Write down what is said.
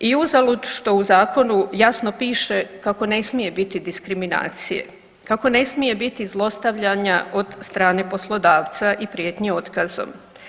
I uzalud što u zakonu jasno piše kako ne smije biti diskriminacije, kako ne smije biti zlostavljanja od strane poslodavca i prijetnji otkazom.